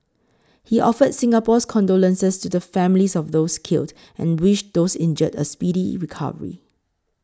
he offered Singapore's condolences to the families of those killed and wished those injured a speedy recovery